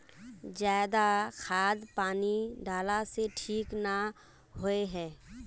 ज्यादा खाद पानी डाला से ठीक ना होए है?